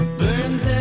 burns